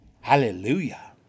Hallelujah